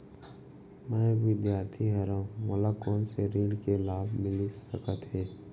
मैं एक विद्यार्थी हरव, मोला कोन से ऋण के लाभ मिलिस सकत हे?